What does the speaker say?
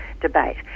debate